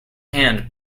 hand